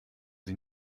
sie